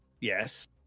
Yes